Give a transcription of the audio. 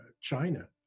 China